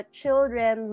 children